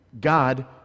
God